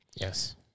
Yes